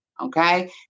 okay